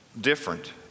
different